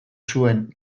zuen